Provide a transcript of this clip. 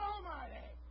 Almighty